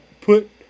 put